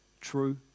true